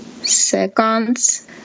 seconds